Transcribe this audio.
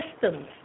systems